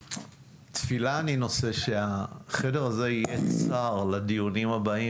תפילה אני נושא שהחדר הזה יהיה צר לדיונים הבאים